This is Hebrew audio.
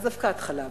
אז אבקת חלב.